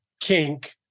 kink